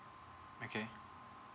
okay